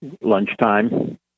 lunchtime